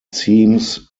seems